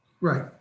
Right